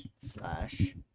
slash